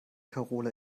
karola